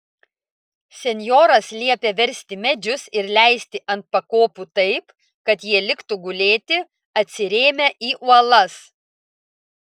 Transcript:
senjoras liepė versti medžius ir leisti ant pakopų taip kad jie liktų gulėti atsirėmę į uolas